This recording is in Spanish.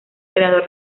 creador